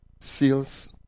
seals